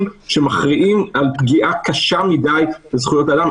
שמכריעים על פגיעה קשה מדי בזכויות האדם.